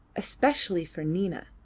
especially for nina!